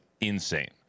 insane